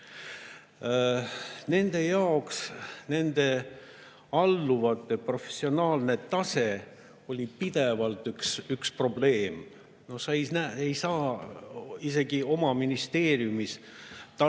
Nende jaoks oli nende alluvate professionaalne tase pidevalt probleem. Sa ei saa isegi oma ministeeriumis tark